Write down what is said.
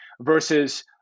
versus